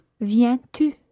viens-tu